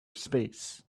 space